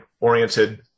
oriented